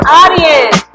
audience